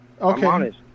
Okay